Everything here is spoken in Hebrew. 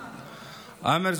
עאמר,